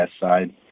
side